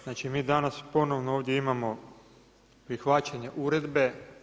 Znači mi danas ponovno ovdje imamo prihvaćanje uredbe.